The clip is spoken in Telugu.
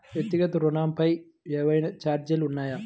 వ్యక్తిగత ఋణాలపై ఏవైనా ఛార్జీలు ఉన్నాయా?